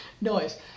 noise